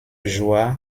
joie